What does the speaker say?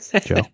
joe